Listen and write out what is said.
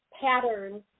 patterns